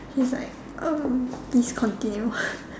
she's like uh please continue